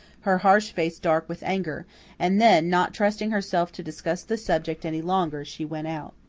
her harsh face dark with anger and then, not trusting herself to discuss the subject any longer, she went out.